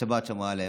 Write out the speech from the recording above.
השבת שמרה עליהם.